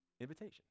invitation